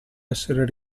essere